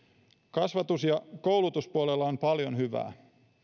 kasvatus ja koulutuspuolella on paljon hyvää